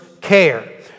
care